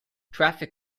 traffic